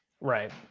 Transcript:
Right